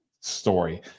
story